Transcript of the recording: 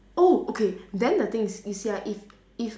oh okay then the thing is you see ah if if